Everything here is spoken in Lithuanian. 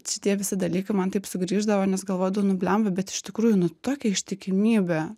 šitie visi dalykai man taip sugrįždavo nes galvodavau nu bliamba bet iš tikrųjų nu tokia ištikimybė